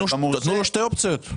תנו לו שתי אופציות.